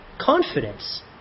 Confidence